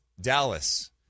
Dallas